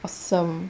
awesome